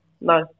No